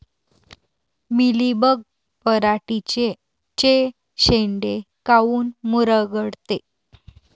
Mealybug पराटीचे चे शेंडे काऊन मुरगळते?